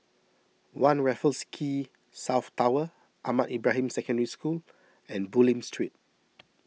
one Raffles Quay South Tower Ahmad Ibrahim Secondary School and Bulim Street